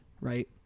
Right